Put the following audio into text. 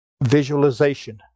visualization